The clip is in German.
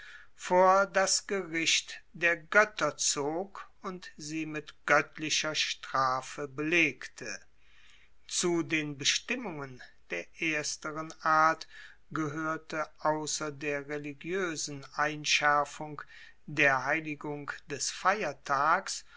vor das gericht der goetter zog und sie mit goettlicher strafe belegte zu den bestimmungen der ersteren art gehoerte ausser der religioesen einschaerfung der heiligung des feiertags